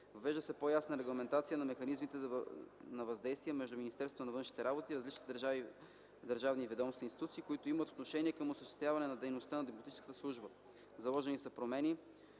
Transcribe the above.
Въвежда се по-ясна регламентация на механизмите на взаимодействие между Министерството на външните работи и различните държавни ведомства и институции, които имат отношение към осъществяването на дейността на дипломатическата служба. Заложени са промени,